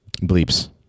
Bleeps